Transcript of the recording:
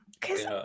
cause